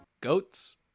Goats